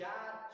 God